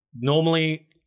normally